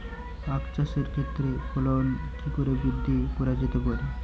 আক চাষের ক্ষেত্রে ফলন কি করে বৃদ্ধি করা যেতে পারে?